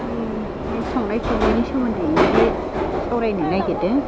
आंनि संनाय खावनायनि सोमोन्दै एसे सावरायनो नागिरदों